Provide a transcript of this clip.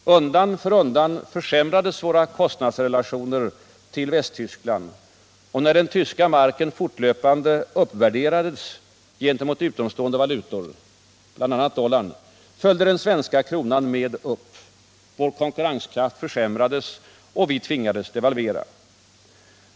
Undan för undan försämrades våra kostnadsrelationer till Västtyskland. När den tyska marken fortlöpande uppvärderades gentemot utomstående valutor — bl.a. dollarn —- följde den svenska kronan med upp. Vår konkurrenskraft försämrades och vi tvingades devalvera.